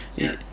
it's